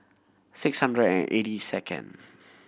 six hundred and eighty second